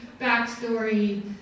backstory